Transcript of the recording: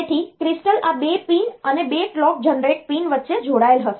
તેથી ક્રિસ્ટલ આ 2 પીન અને કલોક જનરેટર પીન વચ્ચે જોડાયેલ હશે